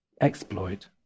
exploit